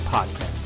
Podcast